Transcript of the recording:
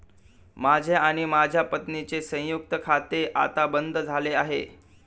माझे आणि माझ्या पत्नीचे संयुक्त खाते आता बंद झाले आहे